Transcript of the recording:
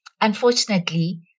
Unfortunately